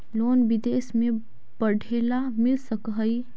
Loan विदेश में पढ़ेला मिल सक हइ?